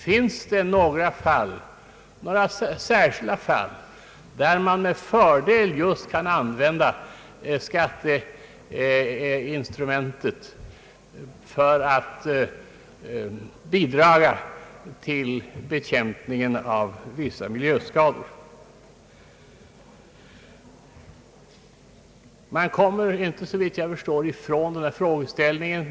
Finns det några särskilda fall där man med fördel just kan använda skatteinstrumentet för att bidraga till bekämpningen av vissa miljöskador? Man kommer såvitt jag förstår inte ifrån denna frågeställning.